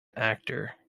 actor